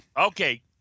Okay